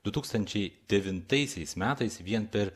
du tūkstančiai devintaisiais metais vien per